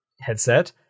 headset